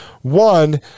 one